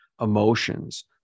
emotions